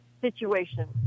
situation